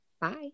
Bye